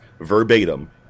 verbatim